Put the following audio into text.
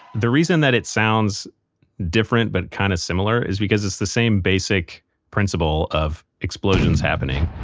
the reason that it sounds different, but kind of similar, is because it's the same basic principle of explosions happening.